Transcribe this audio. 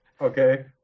Okay